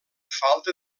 falta